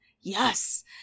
Yes